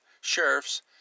sheriffs